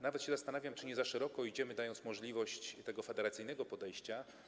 Nawet się zastanawiam, czy nie za szeroko idziemy, dając możliwość federacyjnego podejścia.